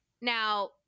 Now